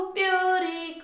beauty